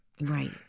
Right